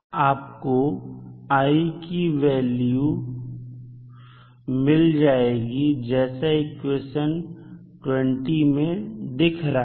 आपको i की value मिल जाएगी जैसा इक्वेशन 20 में दिख रहा है